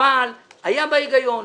אבל היה בה היגיון,